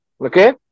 okay